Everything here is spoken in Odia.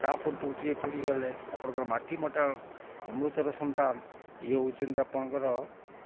ଆଉ ତା ପୂର୍ବରୁ ଟିକେ ଫେରିଗଲେ ଆପଣଙ୍କ ମାଟିମଟାଲ ଅମୃତର ସନ୍ତାନ ଇଏ ହେଉଛନ୍ତି ଆପଣଙ୍କର